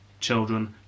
children